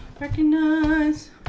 Recognize